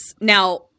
now